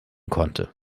konnte